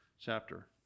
chapter